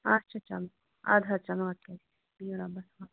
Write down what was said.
اَچھا چلو اَدٕ حظ چلو اَصٕل بِہِو رۄبَس حَوال